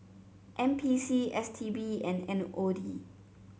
N P C S T B and M O D